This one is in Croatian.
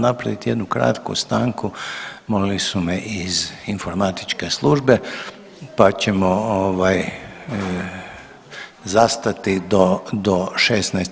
napraviti jednu kratku stanku, molili su me iz informatičke službe, pa ćemo zastati do 16,